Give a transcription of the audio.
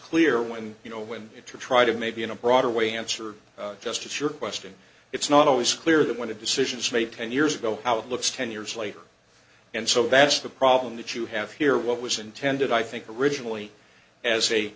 clear when you know when you try to maybe in a broader way answer justice your question it's not always clear that when a decision is made ten years ago outlooks ten years later and so that's the problem that you have here what was intended i think originally as a